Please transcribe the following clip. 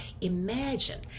imagine